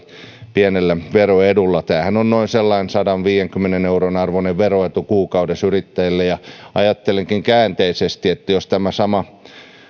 pienellä veroedulla tämähän on sellaisen noin sadanviidenkymmenen euron arvoinen veroetu kuukaudessa yrittäjille ja ajattelenkin käänteisesti että jos tämä sama